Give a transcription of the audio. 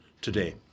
today